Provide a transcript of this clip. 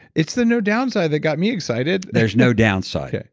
it's the no downside that got me excited there's no downside. yeah